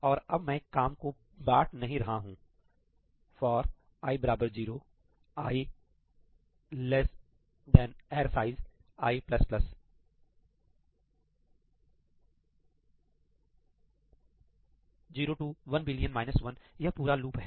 और अब मैं काम को बांट नहीं रहा हूं 'fori 0 i ARR size i ' 0 to 1000000000 - 1 यह पूरा लूप है